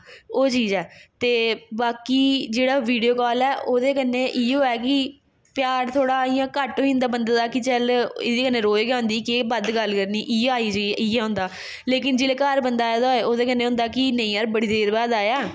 ओह् चीज ऐ ते बाकी जेह्ड़ा वीडियो कॉल ऐ ओह्दे कन्नै इयो ऐ कि प्यार थोह्ड़ा इ'यां घट्ट होई जंदा बंदे दा कि चल एह्दे कन्नै रोज़ गै होंदी केह् बद्ध गल्ल करनी इ'यै आई जाइयै इ'यै होंदा लेकिन जिसलै घर बंदा आए दा होए ओह्दे कन्नै होंदा कि नेईं यार बड़ी देर बाद आया ऐ